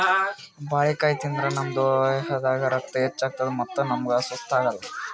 ಬಾಳಿಕಾಯಿ ತಿಂದ್ರ್ ನಮ್ ದೇಹದಾಗ್ ರಕ್ತ ಹೆಚ್ಚತದ್ ಮತ್ತ್ ನಮ್ಗ್ ಸುಸ್ತ್ ಆಗಲ್